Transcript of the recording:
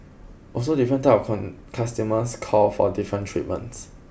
also different type of customers call for different treatments